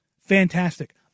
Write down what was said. fantastic